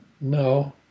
No